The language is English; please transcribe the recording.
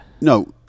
No